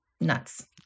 nuts